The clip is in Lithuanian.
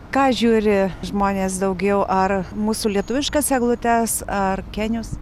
ką žiūri žmonės daugiau ar mūsų lietuviškas eglutes ar kenius